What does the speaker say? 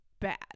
bad